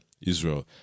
Israel